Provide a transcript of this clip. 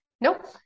Nope